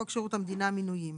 חוק שירות המדינה (מינויים((".